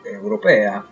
europea